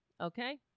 Okay